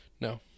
No